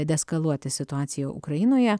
deeskaluoti situaciją ukrainoje